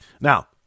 Now